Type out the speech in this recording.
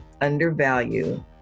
undervalue